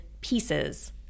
pieces